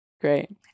Great